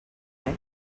res